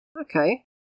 Okay